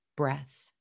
breath